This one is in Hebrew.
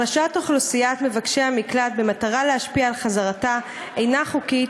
החלשת אוכלוסיית מבקשי המקלט במטרה להשפיע על חזרתה אינה חוקית,